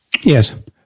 Yes